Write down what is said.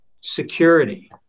security